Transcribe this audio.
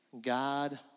God